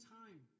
time